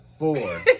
Four